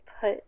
put